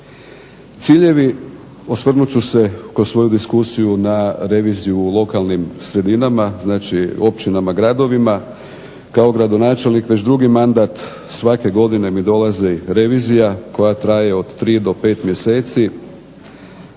Ciljevi osvrnut ću se kroz svoju diskusiju na reviziju u lokalnim sredinama znači općinama, gradovima, kao gradonačelnik već drugi mandat svake godine mi dolazi revizija koja traje od tri do pet mjeseci.